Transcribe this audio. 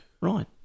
Right